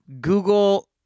Google